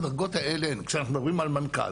כשאנחנו מדברים על מנכ"ל,